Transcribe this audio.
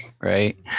right